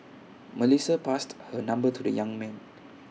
Melissa passed her number to the young man